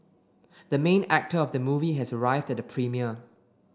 the main actor of the movie has arrived at the premiere